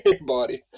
body